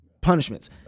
punishments